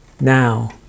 Now